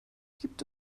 gibt